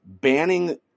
banning